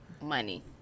money